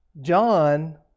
John